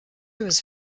was